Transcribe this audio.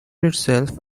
itself